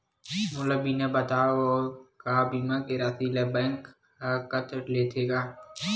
मोला बिना बताय का बीमा के राशि ला बैंक हा कत लेते का?